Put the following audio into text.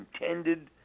intended